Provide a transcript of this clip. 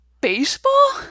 baseball